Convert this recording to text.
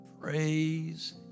Praise